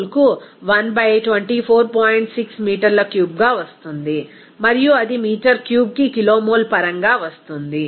6 మీటర్ల క్యూబ్గా వస్తుంది మరియు అది మీటర్ క్యూబ్కి కిలోమోల్ పరంగా వస్తుంది